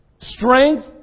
strength